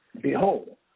Behold